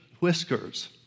whiskers